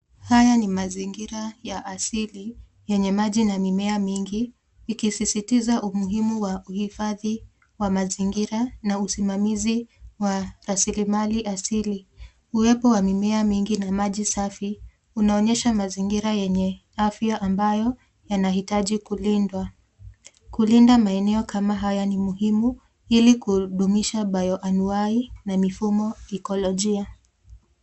Haya ni mazingira ya asili yenye maji na mimea mingi, ikisisitiza umuhimu wa uhifadhi wa mazingira na usimamizi wa rasilimali asili. Uwepo wa mimea mingi na maji safi unaonyesha mazingira yenye afya ambayo yanahitaji kulindwa. Kulinda maeneo kama haya ni muhimu ili kudumisha bioanuwai na mifumo ekolojia.